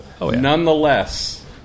Nonetheless